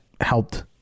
helped